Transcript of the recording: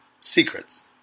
secrets